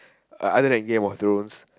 other than game of thrones